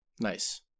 Nice